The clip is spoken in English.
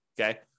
okay